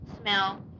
smell